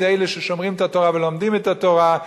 אלה ששומרים את התורה ולומדים את התורה,